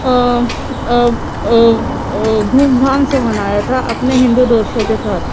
دھوم دھام سے منایا تھا اپنے ہندو دوستوں کے ساتھ